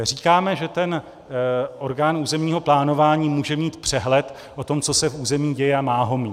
Říkáme, že orgán územního plánování může mít přehled o tom, co se v území děje, a má ho mít.